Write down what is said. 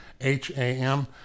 h-a-m